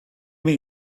mean